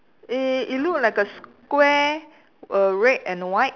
eh it look like a square a red and white